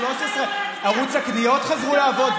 13. ערוץ הקניות חזר לעבוד,